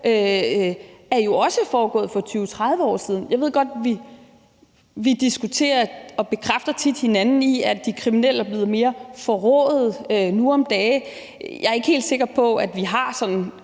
her, jo også er foregået for 20-30 år siden. Jeg ved godt, at vi diskuterer og tit bekræfter hinanden i, at de kriminelle er blevet mere forråede nu om dage. Jeg er ikke helt sikker på, at vi har ægte